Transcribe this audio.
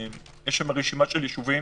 רשימה של יישובים